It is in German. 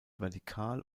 vertikal